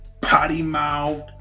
potty-mouthed